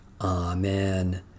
Amen